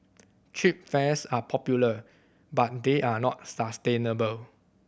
cheap fares are popular but they are not sustainable